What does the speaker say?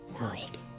world